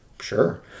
Sure